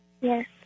Yes